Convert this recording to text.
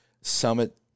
summit